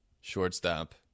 shortstop